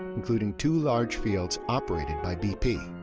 including two large fields operated by bp.